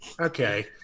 Okay